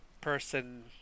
person